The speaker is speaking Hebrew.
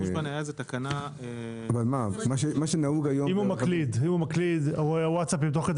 שימוש בנייד זה תקנה 28. אם הוא מקליד ווטסאפים תוך כדי